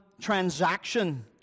transaction